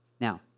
Now